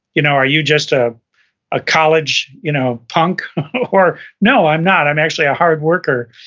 you know are you just a ah college you know punk or, no i'm not, i'm actually a hard worker.